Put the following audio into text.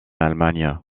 allemagne